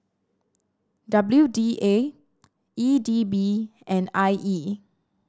W D A E D B and I E